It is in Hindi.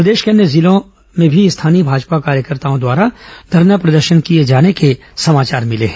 प्रदेश के अन्य जिलों में भी स्थानीय भाजपा कार्यकर्ताओं द्वारा धरना प्रदर्शन किये जाने के समाचार भिले हैं